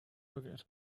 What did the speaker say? forget